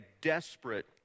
desperate